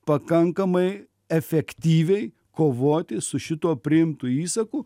pakankamai efektyviai kovoti su šituo priimtu įsaku